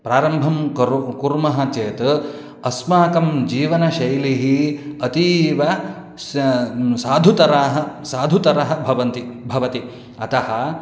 प्रारम्भं करोमि कुर्मः चेत् अस्माकं जीवनशैली अतीव साधुतरा साधुतरा भवन्ति भवति अतः